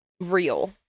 real